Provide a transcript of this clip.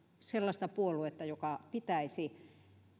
sellaista puoluetta joka pitäisi